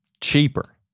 Cheaper